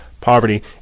poverty